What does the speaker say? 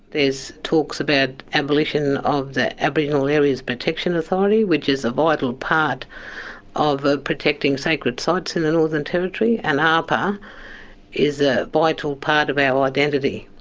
talks about abolition of the aboriginal areas protection authority, which is a vital part of ah protecting sacred sites in the northern territory. and aapa is a vital part of our identity.